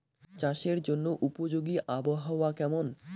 চাষের জন্য উপযোগী আবহাওয়া কেমন?